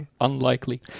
Unlikely